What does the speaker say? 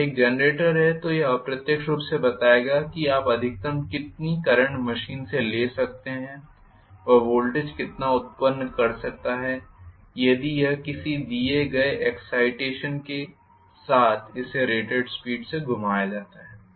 यदि यह एक जनरेटर है तो यह अप्रत्यक्ष रूप से बताएगा कि आप अधिकतम कितनी करंट मशीन से ले सकते हैं वह वोल्टेज कितना उत्पन्न कर सकता है यदि यह किसी दिए गए एक्साइटेशन के साथ इसे रेटेड स्पीड से घुमाया जाता है